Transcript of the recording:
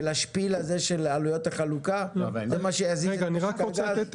של עלויות החלוקה זה מה שירים את חברות הגז?